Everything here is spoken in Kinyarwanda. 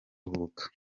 ruhuka